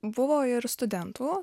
buvo ir studentų